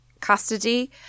custody